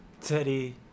Teddy